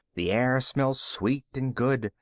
the air smelled sweet and good,